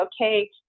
okay